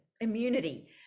immunity